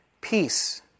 Peace